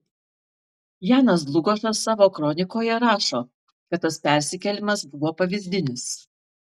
janas dlugošas savo kronikoje rašo kad tas persikėlimas buvo pavyzdinis